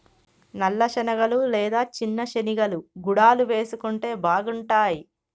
నల్ల శనగలు లేదా చిన్న శెనిగలు గుడాలు వేసుకుంటే బాగుంటాయ్